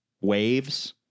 waves